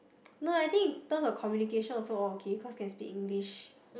no I think in term of communications also all okay because can speak English